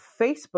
facebook